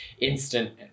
Instant